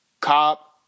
cop